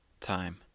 time